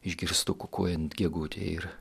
išgirstu kukuojant gegutę ir